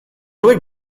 hauek